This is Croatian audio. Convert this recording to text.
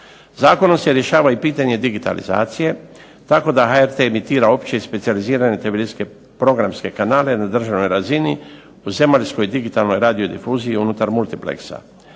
Zakonom se rješava i pitanje digitalizacije tako da HRT emitira opće i specijalizirane televizijske programske kanale na državnoj razini u zemaljskoj digitalnoj radio difuziji i unutar multipleksa.